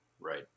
Right